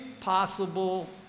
possible